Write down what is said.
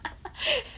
I